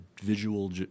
visual